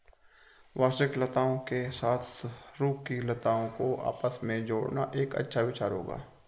वार्षिक लताओं के साथ सरू की लताओं को आपस में जोड़ना एक अच्छा विचार होगा